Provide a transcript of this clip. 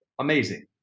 amazing